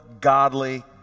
godly